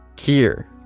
Here